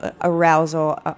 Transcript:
arousal